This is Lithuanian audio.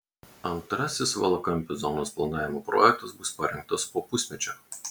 antrasis valakampių zonos planavimo projektas bus parengtas po pusmečio